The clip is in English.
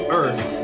earth